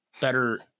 better